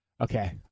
okay